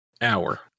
hour